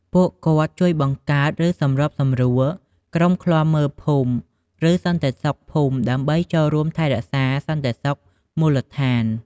ពួកគាត់ជួយបង្កើត ឬសម្របសម្រួលក្រុមឃ្លាំមើលភូមិ ឬសន្តិសុខភូមិដើម្បីចូលរួមថែរក្សាសន្តិសុខមូលដ្ឋាន។